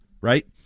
right